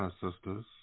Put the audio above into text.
Sisters